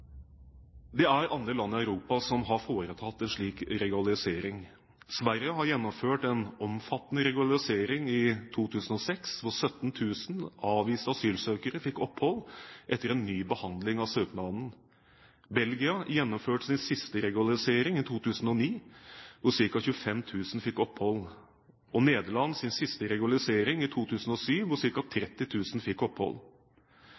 Det er andre land i Europa som har foretatt en slik regularisering. Sverige gjennomførte en omfattende regularisering i 2006, da 17 000 avviste asylsøkere fikk opphold etter en ny behandling av søknaden. Belgia gjennomførte sin siste regularisering i 2009, da ca. 25 000 fikk opphold. Ved Nederlands siste regularisering, i 2007, fikk ca. 30 000 opphold.